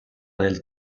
nel